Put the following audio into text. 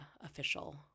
official